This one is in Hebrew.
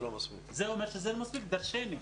זה אומר דרשני.